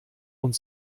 und